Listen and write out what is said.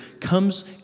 comes